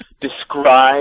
describe